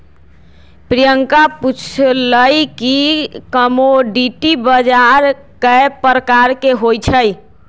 प्रियंका पूछलई कि कमोडीटी बजार कै परकार के होई छई?